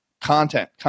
content